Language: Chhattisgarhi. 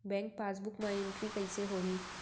बैंक पासबुक मा एंटरी कइसे होही?